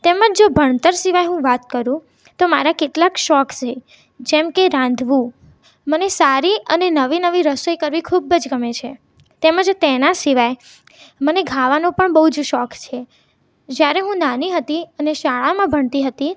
તેમજ જો ભણતર સિવાય હું વાત કરું તો મારા કેટલાક શોખ છે જેમ કે રાંધવું મને સારી અને નવી નવી રસોઈ કરવી ખૂબ જ ગમે છે તેમજ તેના સિવાય મને ગાવાનો પણ બહુ જ શોખ છે જ્યારે હું નાની હતી અને શાળામાં ભણતી હતી